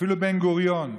אפילו בן-גוריון,